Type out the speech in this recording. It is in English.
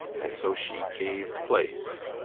and so she gave place.